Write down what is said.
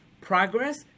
Progress